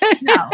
No